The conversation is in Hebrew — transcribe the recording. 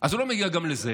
אז הוא לא מגיע גם לזה.